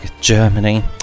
Germany